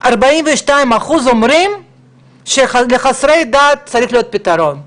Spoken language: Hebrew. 42 אחוזים אומרים כי לחסרי דת צריך להיות פתרון,